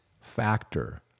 factor